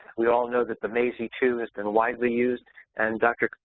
we all know that the maysi two has been widely used and dr.